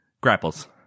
grapples